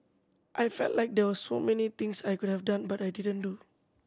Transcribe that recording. I felt like there were so many things I could have done but I didn't do